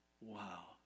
Wow